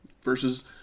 versus